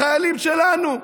לחיילים שלנו.